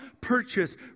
purchase